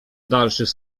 dalszych